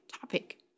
topic